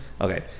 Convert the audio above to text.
Okay